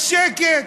יש שקט.